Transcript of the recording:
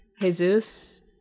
Jesus